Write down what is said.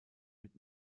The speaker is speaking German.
mit